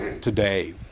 today